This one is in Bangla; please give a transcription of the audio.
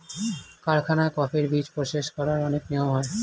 কারখানায় কফির বীজ প্রসেস করার অনেক নিয়ম হয়